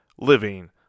living